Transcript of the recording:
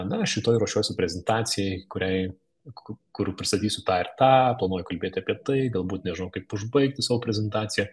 na aš rytoj ruošiuosi prezentacijai kuriai kur pristatysiu tą ir tą planuoju kalbėt apie tai galbūt nežinau kaip užbaigti savo prezentaciją